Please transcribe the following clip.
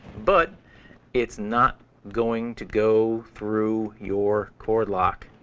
but it's not going to go through your cord lock,